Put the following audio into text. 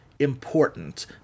Important